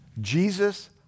Jesus